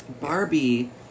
Barbie